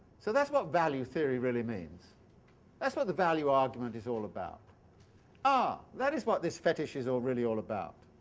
so that's what value theory really means that's what the value argument is all about ah! that is what this fetish is all really all about